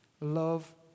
love